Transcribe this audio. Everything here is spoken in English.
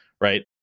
right